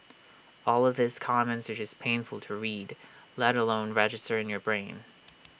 all of these comments are just painful to read let alone register in your brain